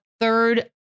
third